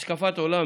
השקפת עולם,